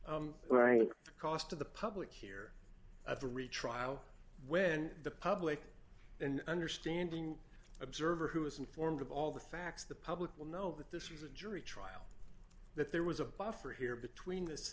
cost of the public here at the retrial when the public and understanding observer who is informed of all the facts the public will know that this was a jury trial that there was a buffer here between this